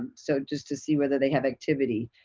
and so just to see whether they have activity,